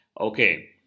okay